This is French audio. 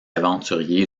aventuriers